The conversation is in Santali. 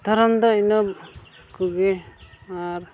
ᱫᱷᱚᱨᱚᱢ ᱫᱚ ᱤᱱᱟᱹ ᱠᱚᱜᱮ ᱟᱨ